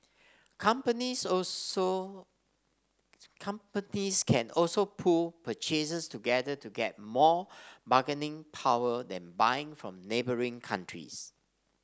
companies also companies can also pool purchases together to get more bargaining power then buying from neighbouring countries